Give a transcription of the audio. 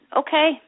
okay